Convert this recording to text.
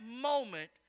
moment